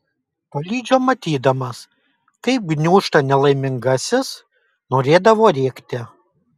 tolydžio matydamas kaip gniūžta nelaimingasis norėdavo rėkti